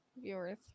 Viewers